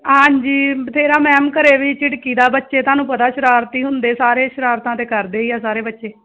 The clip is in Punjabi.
ਹਾਂਜੀ ਬਥੇਰਾ ਮੈਮ ਘਰੇ ਵੀ ਝਿੜਕੀ ਦਾ ਬੱਚੇ ਤੁਹਾਨੂੰ ਪਤਾ ਸ਼ਰਾਰਤੀ ਹੁੰਦੇ ਸਾਰੇ ਸ਼ਰਾਰਤਾਂ ਤਾਂ ਕਰਦੇ ਹੀ ਆ ਸਾਰੇ ਬੱਚੇ